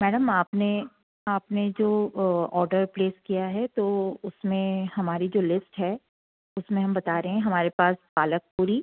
madam आपने आपने जो ऑडर प्लेस किया है तो उसमें हमारी जो लिस्ट है उसमें हम बता रहे हैं हमारे पास पालक पूरी